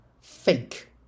Fake